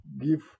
give